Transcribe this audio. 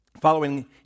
Following